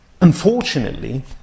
Unfortunately